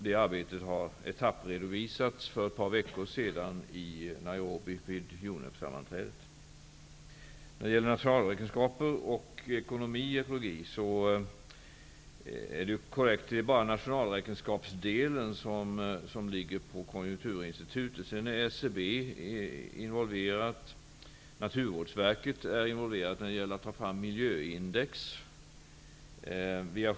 Det arbetet etappredovisades för ett par veckor sedan på När det gäller nationalräkenskaper, ekonomi och ekologi är det korrekt att det bara är nationalräkenskapsdelen som ligger på Konjunkturinstitutet. Även SCB är involverat. Naturvårdsverket är involverat när det gäller att ta fram miljöindex.